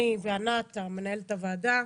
אני וענת, מנהלת הוועדה,